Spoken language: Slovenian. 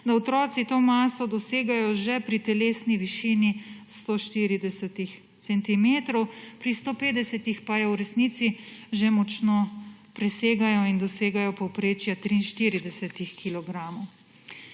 da otroci to maso dosegajo že pri telesni višini 140 centimetrov, pri 150 pa je v resnici že močno presegajo in dosegajo povprečje 43 kilogramov.